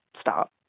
stop